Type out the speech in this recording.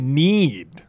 need